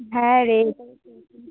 হ্যাঁ রে এটাই তো এখন